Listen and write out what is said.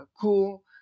cool